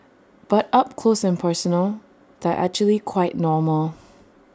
but up close and personal they're actually quite normal